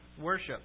worship